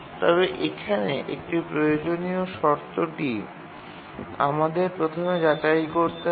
তবে এখানে একটি প্রয়োজনীয় শর্তটি আমাদের প্রথমে যাচাই করতে হবে